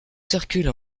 circule